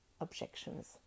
objections